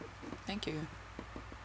thank you